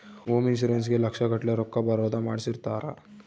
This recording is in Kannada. ಹೋಮ್ ಇನ್ಶೂರೆನ್ಸ್ ಗೇ ಲಕ್ಷ ಗಟ್ಲೇ ರೊಕ್ಕ ಬರೋದ ಮಾಡ್ಸಿರ್ತಾರ